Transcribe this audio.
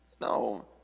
no